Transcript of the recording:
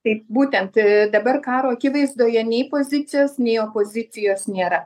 taip būtent dabar karo akivaizdoje nei pozicijos nei opozicijos nėra